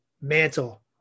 mantle